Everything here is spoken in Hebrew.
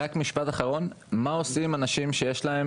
רק משפט אחרון: מה עושים אנשים שיש להם,